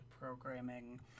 programming